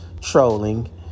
trolling